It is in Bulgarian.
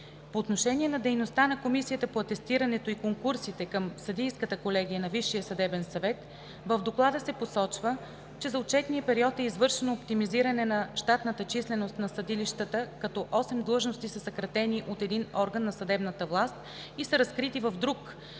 По отношение на дейността на Комисията по атестирането и конкурсите към Съдийската колегия на Висшия съдебен съвет – в Доклада се посочва, че за отчетния период е извършено оптимизиране на щатната численост на съдилищата, като 8 длъжности са съкратени от един орган на съдебната власт и са разкрити в друг,